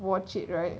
watch it right